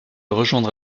rejoindre